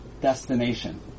destination